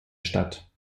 statt